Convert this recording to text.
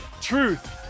truth